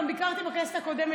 ביקרתי גם כשהייתי בכנסת הקודמת.